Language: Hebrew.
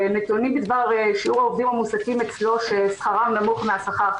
נתונים בדבר שיעור העובדים המועסקים אצלו ששכרם נמוך מהשכר.